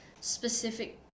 specific